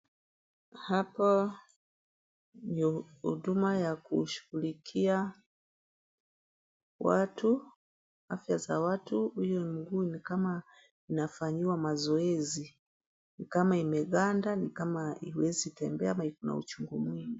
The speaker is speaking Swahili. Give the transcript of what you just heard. Hapo ni huduma ya kushuguhulikia watu, afya za watu. Huyu mguu ni kama inafanyiwa mazoezi, ni kama imeganda, ni kama hiwezi tembea ama iko na uchungu mwingi.